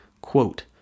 Quote